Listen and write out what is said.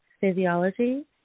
physiology